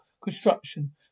construction